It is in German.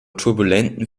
turbulenten